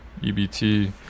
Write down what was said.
ebt